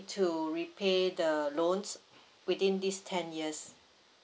to repay the loans within this ten years